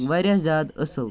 واریاہ زیادٕ اَصل